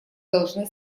должны